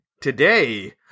Today